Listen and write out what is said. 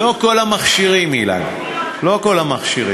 לא כל המכשירים, אילן, לא כל המכשירים.